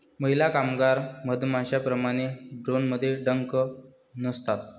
महिला कामगार मधमाश्यांप्रमाणे, ड्रोनमध्ये डंक नसतात